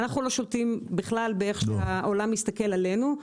אנחנו בכלל לא שולטים איך העולם מסתכל עלינו.